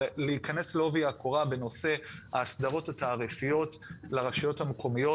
להיכנס לעובי הקורה בנושא הסדרות התעריפיות לרשויות המקומיות.